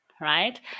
right